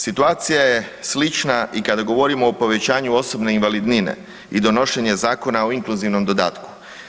Situacija je slična i kada govorimo o povećanju osobne invalidnine i donošenje Zakona o inkluzivnom dodatku.